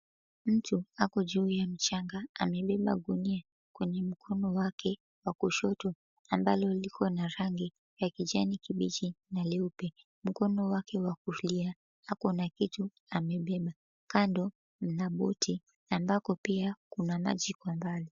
Mtu ako juu ya mchanga amebeba gunia kwenye mkono wake wa kushoto ambalo liko na rangi ya kijani kibichi na leupe. Mkono wake wa kulia ako na kitu amebeba. Kando mna boti ambako pia kuna maji kwa mbali.